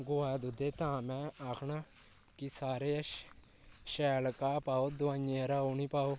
गौऐ दे दुद्धै तां में आखना की सारे शैल घाऽ पाओ दवाइयें आह्ला ओह् निं पाओ